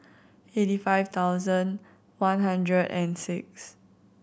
eighty five thousand one hundred and six